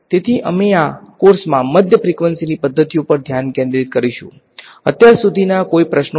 તેથી અમે આ કોર્સમાં મધ્ય ફ્રીકવંસીની પદ્ધતિઓ પર ધ્યાન કેન્દ્રિત કરીશું અત્યાર સુધીના કોઈપણ પ્રશ્નો છે